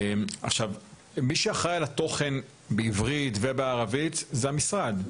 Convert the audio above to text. מי שאחראי על התוכן בעברית ובערבית זה המשרד.